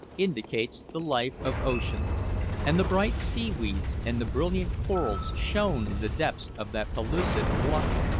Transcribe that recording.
indicates the life of ocean and the bright seaweeds and the brilliant corals shone in the depths of that pellucid water,